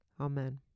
Amen